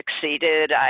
succeeded